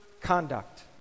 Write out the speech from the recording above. conduct